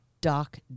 dark